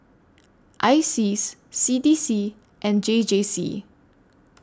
ISEAS C D C and J J C